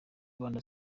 rwanda